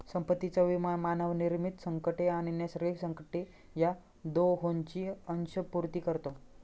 संपत्तीचा विमा मानवनिर्मित संकटे आणि नैसर्गिक संकटे या दोहोंची अंशपूर्ती करतो